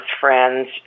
friends